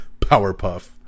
Powerpuff